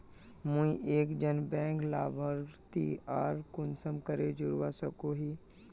मुई एक जन बैंक लाभारती आर कुंसम करे जोड़वा सकोहो ही?